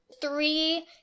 three